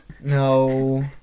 no